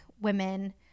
women